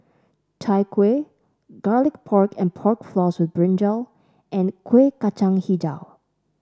Chai Kueh Garlic Pork and Pork Floss with brinjal and Kuih Kacang hijau